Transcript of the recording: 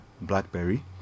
BlackBerry